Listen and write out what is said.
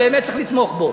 באמת צריך לתמוך בו.